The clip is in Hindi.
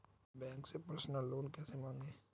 बैंक से पर्सनल लोन कैसे मांगें?